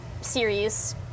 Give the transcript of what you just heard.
series